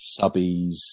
subbies